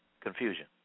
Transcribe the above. confusion